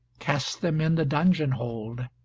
cast them in the dungeon hold,